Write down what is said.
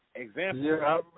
Example